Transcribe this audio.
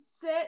sit